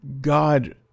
God